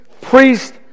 priest